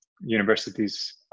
universities